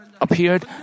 appeared